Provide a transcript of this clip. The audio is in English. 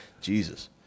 Jesus